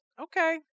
Okay